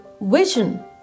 vision